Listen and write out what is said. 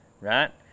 Right